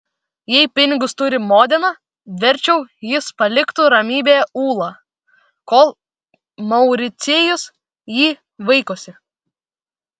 jei pinigus turi modena verčiau jis paliktų ramybėje ulą kol mauricijus jį vaikosi